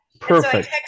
perfect